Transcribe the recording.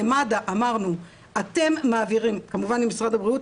למד"א אמרנו 'אתם מעבירים' כמובן משרד הבריאות,